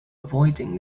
avoiding